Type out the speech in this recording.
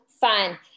fun